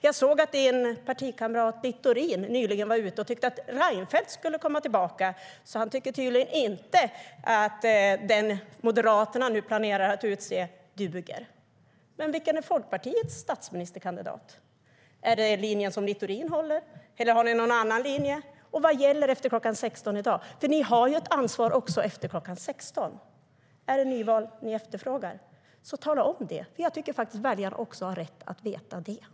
Jag såg att din allianskamrat Littorin nyligen var ute och tyckte att Reinfeldt skulle komma tillbaka, så han tycker tydligen inte att den som Moderaterna nu planerar att utse duger. Men vilken är Folkpartiets statsministerkandidat? Stöder ni Littorins linje, eller har ni någon annan linje? Och vad gäller efter kl. 16 i dag? Ni har ju ett ansvar också efter kl. 16. Är det nyval ni efterfrågar? Tala i så fall om det, för jag tycker faktiskt att också väljare har rätt att veta det.